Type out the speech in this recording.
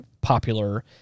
popular